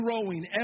growing